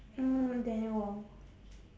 mm dan wong